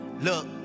look